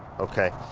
okay,